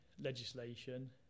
legislation